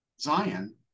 Zion